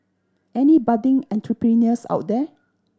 any budding entrepreneurs out there